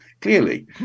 clearly